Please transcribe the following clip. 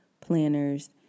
planners